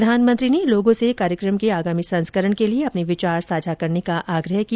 प्रधानमंत्री ने लोगों से कार्यक्रम के आगामी संस्करण के लिए अपने विचार साझा करने का भी आग्रह किया